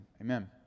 Amen